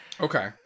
Okay